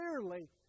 clearly